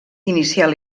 inicial